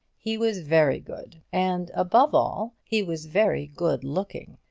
he was very good and, above all, he was very good-looking.